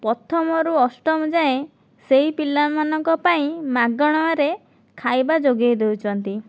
ପ୍ରଥମରୁ ଅଷ୍ଟମ ଯାଏଁ ସେହି ପିଲାମାନଙ୍କ ପାଇଁ ମାଗଣାରେ ଖାଇବା ଯୋଗାଇ ଦେଉଛନ୍ତି